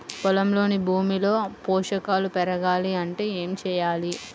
పొలంలోని భూమిలో పోషకాలు పెరగాలి అంటే ఏం చేయాలి?